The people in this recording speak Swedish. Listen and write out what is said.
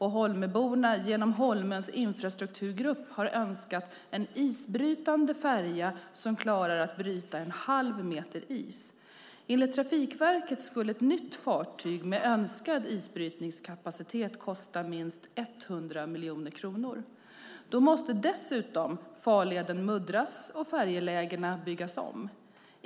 Holmöborna, genom Holmöns infrastrukturgrupp, har önskat en isbrytande färja som klarar att bryta en halv meter is. Enligt Trafikverket skulle ett nytt fartyg med önskad isbrytningskapacitet kosta minst 100 miljoner kronor. Då måste dessutom farleden muddras och färjelägena byggas om.